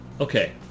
Okay